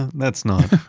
and that's not,